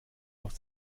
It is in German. aus